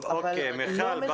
טוב, מיכל.